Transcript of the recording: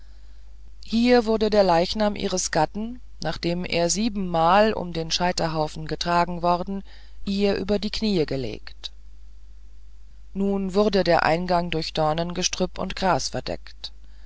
hier wurde der leichnam ihres gatten nachdem er siebenmal um den scheiterhaufen getragen worden ihr über die kniee gelegt nun wurde der eingang durch dorngestrüpp und gras verdeckt